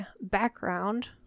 background